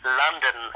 london